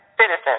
citizen